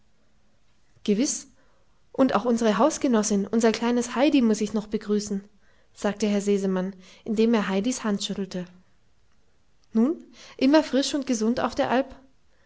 gewiß und auch unsere hausgenossin unser kleines heidi muß ich noch begrüßen sagte herr sesemann indem er heidis hand schüttelte nun immer frisch und gesund auf der alp